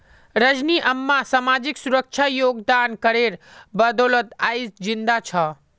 रजनी अम्मा सामाजिक सुरक्षा योगदान करेर बदौलत आइज जिंदा छ